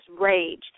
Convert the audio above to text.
rage